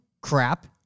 crap